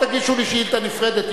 או שתגישו לי שאילתא נפרדת.